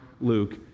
Luke